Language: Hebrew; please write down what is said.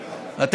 בעד, בעד.